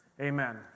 amen